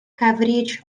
coverage